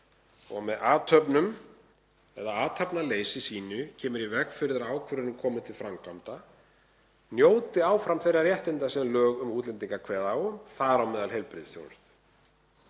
og með athöfnum eða athafnaleysi sínu kemur í veg fyrir að ákvörðunin komi til framkvæmda, njóti áfram þeirra réttinda sem lög um útlendinga kveða á um, þar á meðal heilbrigðisþjónustu.